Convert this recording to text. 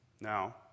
now